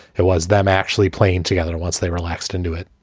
it was them actually playing together once they relaxed into it